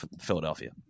Philadelphia